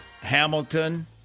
Hamilton